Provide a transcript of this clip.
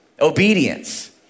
Obedience